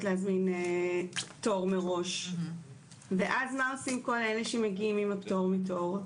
להזמין תור מראש ואז מה עושים כל אלה שמגיעים עם הפטור מתור?